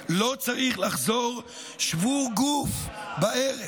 לא צריך לחזור שבור גוף בערב,